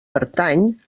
pertany